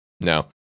No